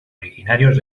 originarios